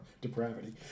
depravity